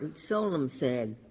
solem said.